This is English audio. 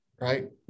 right